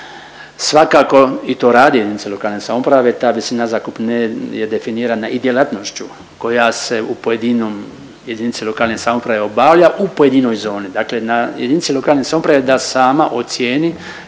Svakako i to radi jedinica lokalne samouprave ta visina zakupnine je definirana i djelatnošću koja se u pojedinom jedinici lokalne samouprave obavlja u pojedinoj zoni. Dakle na jedinici lokalne samouprave je da sama ocijeni